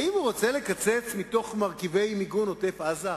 האם הוא רוצה לקצץ מתוך מרכיבי מיגון עוטף-עזה?